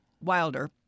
Wilder